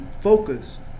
focused